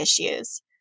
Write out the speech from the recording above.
issues